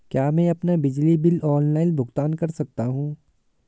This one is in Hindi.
क्या मैं अपना बिजली बिल ऑनलाइन भुगतान कर सकता हूँ?